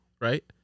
right